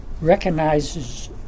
recognizes